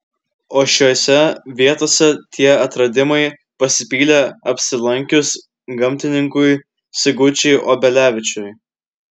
o šiose vietose tie atradimai pasipylė apsilankius gamtininkui sigučiui obelevičiui